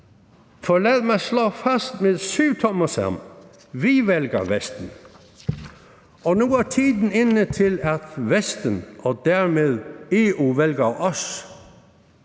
For lad mig slå fast med syvtommersøm: Vi vælger Vesten. Og nu er tiden inde til, at Vesten og dermed EU vælger os.